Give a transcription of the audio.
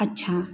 अच्छा